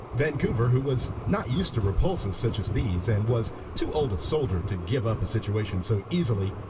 vancouver, who was not used to repulses such as these, and was too old a soldier to give up a situation so easily,